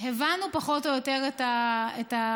הבנו פחות או יותר את הסיטואציה.